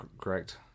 correct